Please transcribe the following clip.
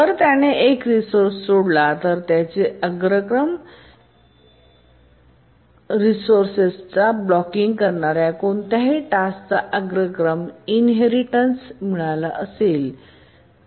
जर त्याने एक रिसोर्सेस सोडला असेल तर त्या रिसोर्सेस स ब्लॉकिंग करणार्या कोणत्याही टास्क स अग्रक्रम इनहेरिटेन्स मिळाला असेल